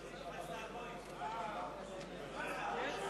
חברי ממשלה, לא נתקבלו.